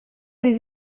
les